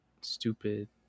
Stupid